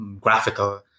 graphical